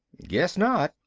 guess not,